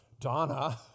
Donna